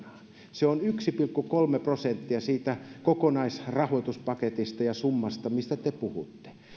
se on yksi pilkku kolme prosenttia siitä kokonaisrahoituspaketista ja summasta mistä te puhutte